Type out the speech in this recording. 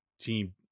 team